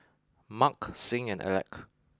Marc Sing and Alec